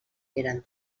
eren